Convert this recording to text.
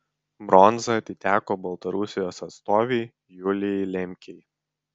bronza atiteko baltarusijos atstovei julijai lemkei